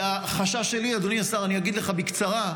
החשש שלי, אדוני השר, אגיד לך בקצרה,